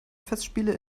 festspiele